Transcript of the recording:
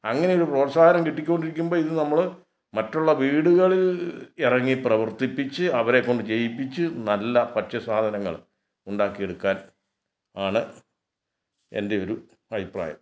അങ്ങനെയൊരു പ്രോത്സാഹനം കിട്ടിക്കൊണ്ടിരിക്കുമ്പം ഇത് നമ്മൾ മറ്റുള്ള വീടുകളിൽ ഇറങ്ങി പ്രവർത്തിപ്പിച്ച് അവരെക്കൊണ്ട് ചെയ്യിപ്പിച്ച് നല്ല ഭക്ഷ്യ സാധനങ്ങൾ ഉണ്ടാക്കിയെടുക്കാൻ ആണ് എൻ്റെ ഒരു അഭിപ്രായം